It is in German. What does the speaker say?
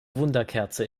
wunderkerze